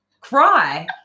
cry